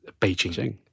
Beijing